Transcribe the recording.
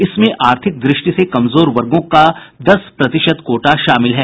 इसमें आर्थिक द्रष्टि से कमजोर वर्गों का दस प्रतिशत कोटा शामिल हैं